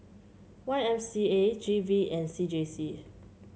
Y M C A G V and C J C